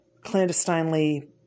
clandestinely